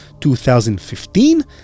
2015